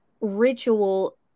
ritual